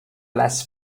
less